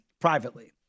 privately